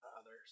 others